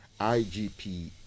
IGP